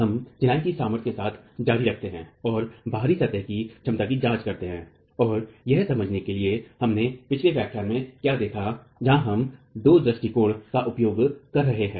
हम चीनाई की सामर्थ्य के साथ जारी रखते हैं और बाहरी सतह कि क्षमता की जाँच करते हैं और यह समझने के लिए कि हमने पिछले व्याख्यान में क्या देखा है जहां हम दो दृष्टिकोण का उपयोग कर रहे हैं